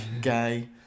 gay